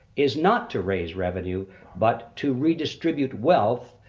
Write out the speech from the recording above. is not to raise revenue but to redistribute wealth,